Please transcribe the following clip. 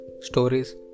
stories